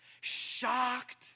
shocked